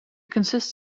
consists